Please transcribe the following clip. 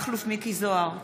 מכלוף מיקי זוהר,